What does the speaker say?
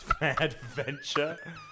Adventure